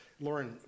lauren